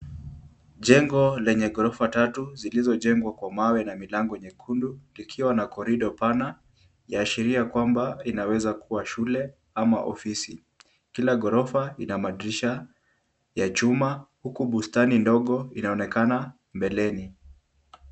Jengo lenye ghorofa tatu zilizojengwa kwa mawe na milango nyekundu likiwa na corridor pana, yaashiria kwamba inaweza kuwa shule ama ofisi. Kila ghorofa ina madirisha ya chuma, huku bustani ndogo inaonekana mbeleni.